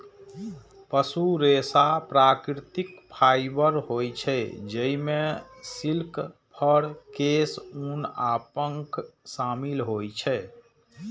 पशु रेशा प्राकृतिक फाइबर होइ छै, जइमे सिल्क, फर, केश, ऊन आ पंख शामिल होइ छै